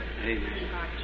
Amen